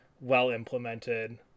well-implemented